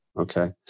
Okay